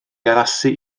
addasu